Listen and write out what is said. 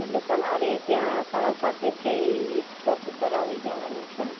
એટલે તમારે ત્યાં સાડા સાતે છે ઈ સ્ટોપ ઉપર આવી જાવાનું છે